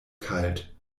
kalt